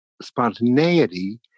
spontaneity